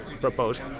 proposed